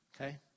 okay